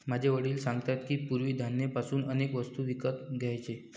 माझे वडील सांगतात की, पूर्वी धान्य पासून अनेक वस्तू विकत घ्यायचे